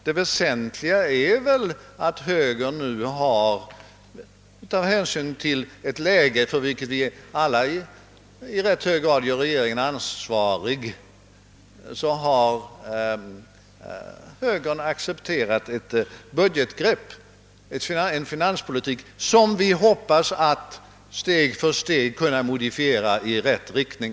Det väsentliga är att högern nu, av hänsyn till ett läge för vilket vi bägge i hög grad gör regeringen ansvarig, har accepterat en nytt budgetgrepp, en finanspolitik utan skattesänkningslöften tills vidare — fast vi alla hoppas att på lång sikt steg för steg kunna modifiera skatterna i rätt riktning.